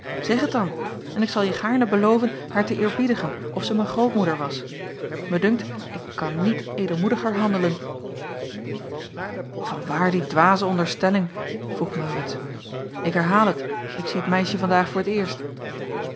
zeg het dan en ik zal je gaarne beloven haar te eerbiedigen of zij mijn grootmoeder was mij dunkt ik kan niet edelmoediger handelen vanwaar die dwaze onderstelling vroeg maurits jacob van ennep laasje evenster ik herhaal het ik zie het meisje vandaag voor t eerst